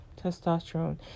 testosterone